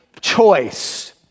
choice